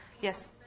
Yes